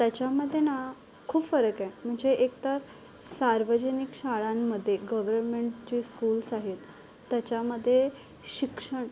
त्याच्यामधे ना खूप फरक आहे म्हणजे एक तर सार्वजनिक शाळांमधे गव्हर्नमेंटचे स्कूल्स आहेत त्याच्यामधे शिक्षण